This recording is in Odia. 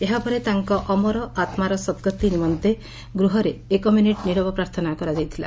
ଏହାପରେ ତାଙ୍କ ଅମର ଆତ୍କାର ସଦ୍ଗତି ନିମନ୍ତେ ଗୃହରେ ଏକମିନିଟ୍ ନୀରବ ପ୍ରାର୍ଥନା କରାଯାଇଥିଲା